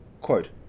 Quote